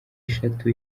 eshatu